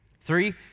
Three